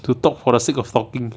to talk for the sake of talking